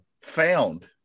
found